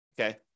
okay